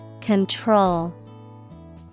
Control